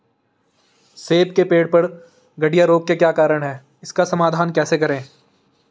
सेब के पेड़ पर गढ़िया रोग के क्या कारण हैं इसका समाधान कैसे करें?